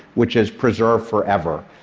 which is preserved forever,